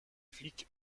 flic